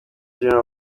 general